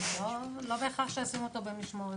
-- לא בהכרח שישימו אותו במשמורת.